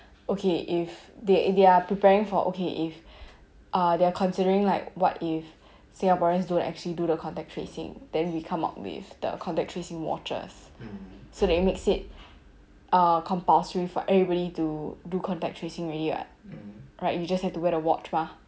okay if they they are preparing for okay if uh they're considering like what if singaporeans don't actually do the contact tracing then we come up with the contact tracing watches so that it makes it a compulsory for everybody to do contact tracing already what right you just have to wear the watch mah